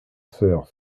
sœurs